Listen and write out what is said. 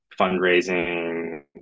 fundraising